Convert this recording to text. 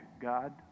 God